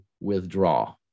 withdraw